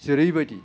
जेरैबायदि